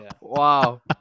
Wow